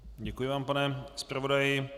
Děkuji vám, pane zpravodaji.